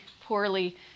poorly